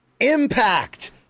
impact